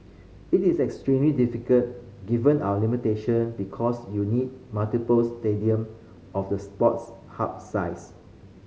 it is extremely difficult given our limitation because you need multiple stadium of the Sports Hub size